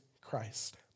Christ